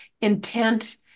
intent